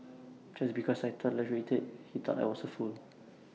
just because I tolerated he thought I was A fool